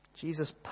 Jesus